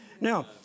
Now